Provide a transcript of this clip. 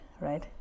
right